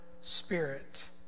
spirit